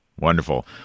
Wonderful